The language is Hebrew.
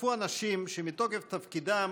השתתפו אנשים שמתוקף תפקידם